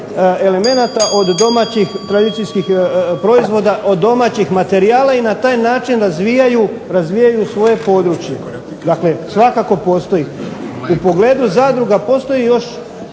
elemenata od domaćih tradicijskih proizvoda, od domaćih materijala i na taj način razvijaju svoje područje. Dakle, svakako postoji. U pogledu zadruga postoji još